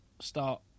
start